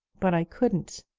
but i couldn't.